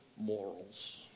morals